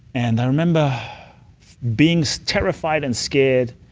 and i remember being so terrified and scared,